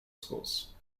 schools